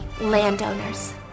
landowners